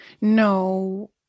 no